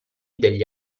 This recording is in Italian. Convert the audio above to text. degli